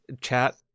chat